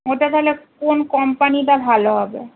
ওটা তাহলে কোন কোম্পানিটা ভালো হবে